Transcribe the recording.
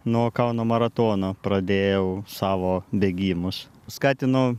nuo kauno maratono pradėjau savo bėgimus skatino